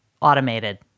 automated